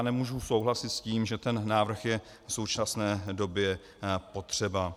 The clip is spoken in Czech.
Nemohu souhlasit s tím, že ten návrh je v současné době potřeba.